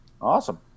Awesome